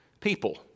people